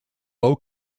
low